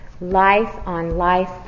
life-on-life